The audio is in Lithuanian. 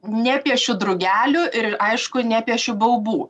nepiešiu drugelių ir aišku nepiešiu baubų